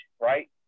right